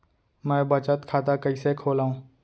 मै बचत खाता कईसे खोलव?